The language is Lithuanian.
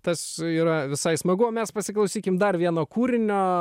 tas yra visai smagu o mes pasiklausykim dar vieno kūrinio